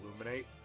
illuminate